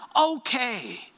okay